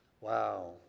Wow